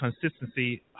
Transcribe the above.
consistency